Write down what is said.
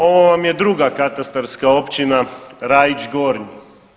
Ovo vam je druga katastarska općina Rajić Gornji.